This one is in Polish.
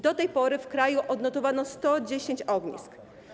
Do tej pory w kraju odnotowano 110 ognisk.